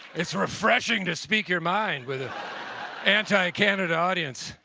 it's refreshing to speak your mind with an anti-canada audience.